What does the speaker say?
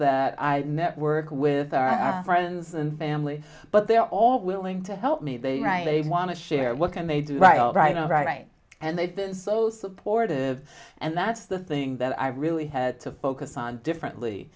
that network with our friends and family but they're all willing to help me they they want to share what can they do right all right all right and they've been so supportive and that's the thing that i really had to focus on differently